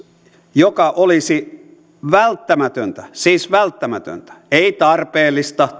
joka olisi välttämätöntä siis välttämätöntä ei tarpeellista